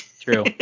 True